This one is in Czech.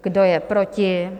Kdo je proti?